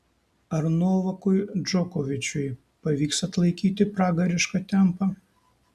ar novakui džokovičiui pavyks atlaikyti pragarišką tempą